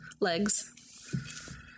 legs